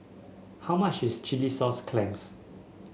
how much is Chilli Sauce Clams